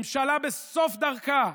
ממשלה בסוף דרכה.